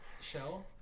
Shell